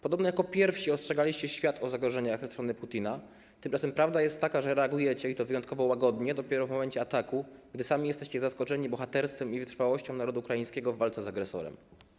Podobno jako pierwsi ostrzegaliście świat o zagrożeniach ze strony Putina, tymczasem prawda jest taka, że reagujecie, i to wyjątkowo łagodnie, dopiero w momencie ataku, gdy sami jesteście zaskoczeni bohaterstwem i wytrwałością narodu ukraińskiego w walce z agresorem.